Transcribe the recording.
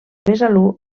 besalú